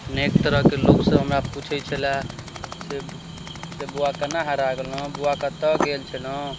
अनेक तरहके लोकसब हमरा पूछै छलए से बौआ केना हरा गेलहुॅं बौआ कतऽ गेल छलहुॅं